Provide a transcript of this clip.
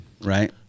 right